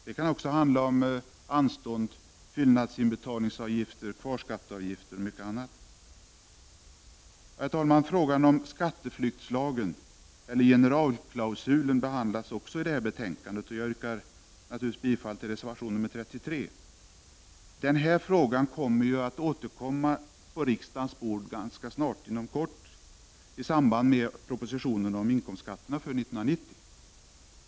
Det kan också handla om anstånd, fyllnadsinbetalningsavgifter, kvarskatteavgifter och mycket annat. Frågan om skatteflyktslagen eller generalklausulen behandlas också i detta betänkande. Jag yrkar naturligtvis bifall till reservation 33. Denna fråga kommer inom kort att ligga på riksdagens bord — nämligen i samband med behandlingen av propositionen om inkomstskatterna för år 1990.